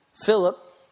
Philip